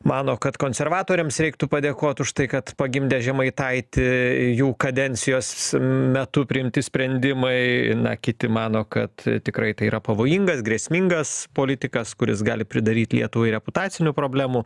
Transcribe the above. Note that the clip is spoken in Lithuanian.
mano kad konservatoriams reiktų padėkot už tai kad pagimdė žemaitaitį jų kadencijos metu priimti sprendimai na kiti mano kad tikrai tai yra pavojingas grėsmingas politikas kuris gali pridaryt lietuvai reputacinių problemų